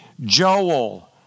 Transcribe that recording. Joel